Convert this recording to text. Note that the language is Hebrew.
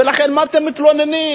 ולכן, מה אתם מתלוננים?